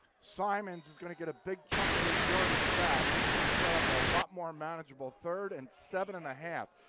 simons is going to get a big chunk of this yardage back. gonna set up a lot more manageable, third and seven and a half.